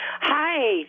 Hi